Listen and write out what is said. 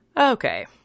okay